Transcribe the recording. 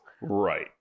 Right